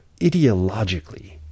ideologically